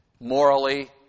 morally